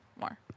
more